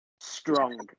strong